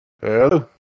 Hello